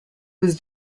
was